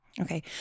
Okay